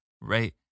right